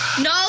No